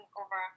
over